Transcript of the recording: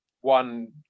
one